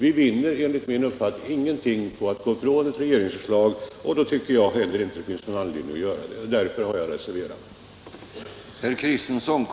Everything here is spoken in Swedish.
Vi vinner, som sagt, ingenting på att frångå regeringsförslaget, och därför har jag reserverat mig.